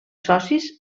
socis